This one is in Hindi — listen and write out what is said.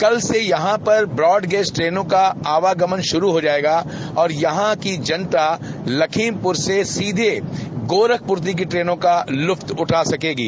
कल से यहां पर ब्राडगेज ट्रेनों का आवागमन शुरू हो जायेगा और यहां की जनता लखीमपुर से सीधे गोरखपुर तक की ट्रेनों का लफ्त उग सकेंगे